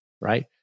Right